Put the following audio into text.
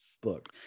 book